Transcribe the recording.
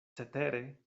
cetere